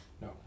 No